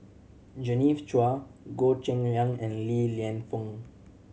Genevieve Chua Goh Cheng Liang and Li Lienfung